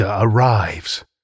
Arrives